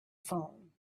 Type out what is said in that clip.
phone